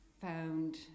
found